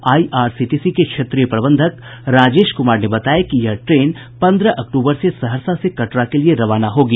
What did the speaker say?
IRCTC के क्षेत्रीय प्रबंधक राजेश कुमार ने बताया कि यह ट्रेन पंद्रह अक्टूबर से सहरसा से कटरा के लिये रवाना होगी